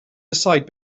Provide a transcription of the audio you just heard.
decide